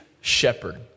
shepherd